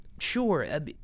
Sure